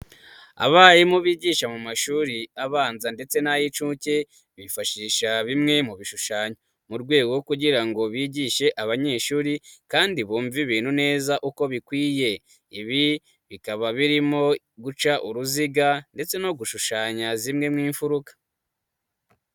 Abarimu bigisha mu mashuri abanza ndetse n'ay'incuke, bifashisha bimwe mu bishushanyo, mu rwego kugira ngo bigishe abanyeshuri kandi bumve ibintu neza uko bikwiye, ibi bikaba birimo guca uruziga ndetse no gushushanya zimwe mu mfuruka.